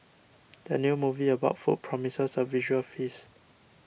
the new movie about food promises a visual feast